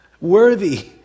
worthy